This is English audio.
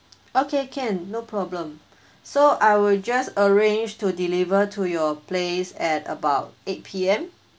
okay can no problem so I will just arrange to deliver to your place at about eight P_M